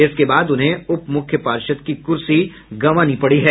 इसके बाद उन्हें उप मुख्य पार्षद की कुर्सी गंवानी पड़ी है